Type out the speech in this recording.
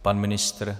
Pan ministr?